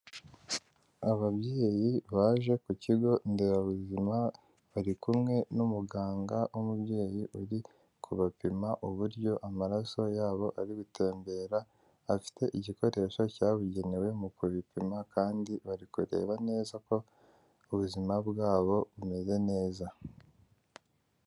Ababyeyi baje ku kigo nderabuzima bari kumwe n'umuganga w'umubyeyi uri kubapima uburyo amaraso yabo ari gutembera, afite igikoresho cyabugenewe mu kubipima kandi bari kureba neza ko ubuzima bwabo bumeze neza.